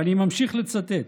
ואני ממשיך לצטט: